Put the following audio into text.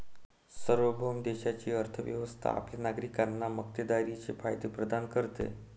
सार्वभौम देशाची अर्थ व्यवस्था आपल्या नागरिकांना मक्तेदारीचे फायदे प्रदान करते